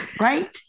right